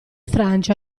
francia